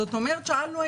זאת אומרת שאלנו,